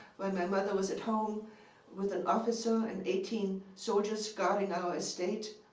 while my mother was at home with an officer and eighteen soldiers guarding our estate.